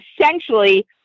essentially